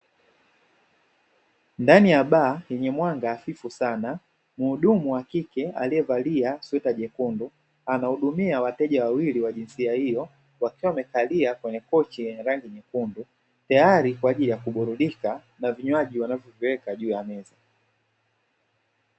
Ndani ya baa yenye mwanga hafifu sana mhudumu wa kike aliyevalia shati ya rangi nyekundu anahudumia wateja wawili wa jinsia hiyo, wakiwa wamekalia kwenye kochi yenye rangi nyekundu tayari kwa ajili ya kuburudika na vinywaji wanavyoweka juu ya meza.